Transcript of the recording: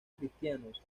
cristianos